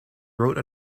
wrote